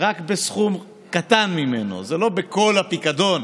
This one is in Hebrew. רק בסכום קטן ממנו, זה לא בכל הפיקדון.